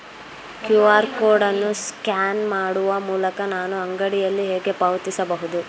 QR code ಅನ್ನು scan ಮಾಡುವ ಮೂಲಕ ನಾನು ಅಂಗಡಿಯಲ್ಲಿ ಹೇಗೆ ಪಾವತಿಸಬಹುದು?